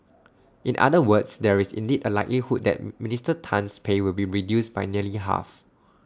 in other words there is indeed A likelihood that Minister Tan's pay will be reduced by nearly half